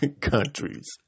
countries